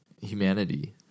humanity